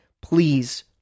please